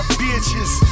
bitches